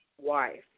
wife